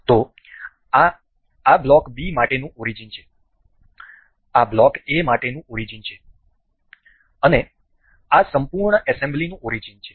તો આ આ બ્લોક B માટેનું ઓરીજીન છે આ બ્લોક A માટેનું ઓરીજીન છે અને આ સંપૂર્ણ એસેમ્બલીનું ઓરીજીન છે